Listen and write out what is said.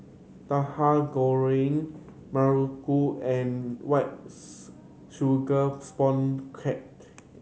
Tauhu Goreng muruku and white sugar sponge cake